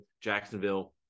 Jacksonville